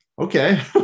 Okay